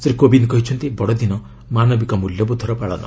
ଶ୍ରୀ କୋବିନ୍ଦ କହିଛନ୍ତି ବଡଦିନ ମାନବିକ ମୂଲ୍ୟବୋଧର ପାଳନ